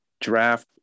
draft